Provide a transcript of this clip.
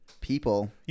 people